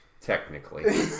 Technically